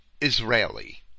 Israeli